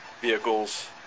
vehicles